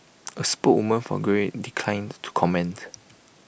A spokeswoman for Grail declined to comment